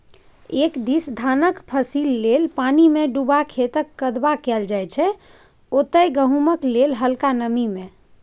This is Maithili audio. एक दिस धानक फसिल लेल पानिमे डुबा खेतक कदबा कएल जाइ छै ओतहि गहुँमक लेल हलका नमी मे